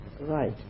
right